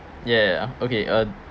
ya okay uh